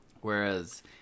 Whereas